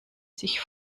sich